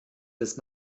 des